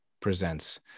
presents